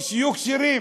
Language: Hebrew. שיהיו כשירים,